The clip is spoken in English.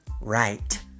right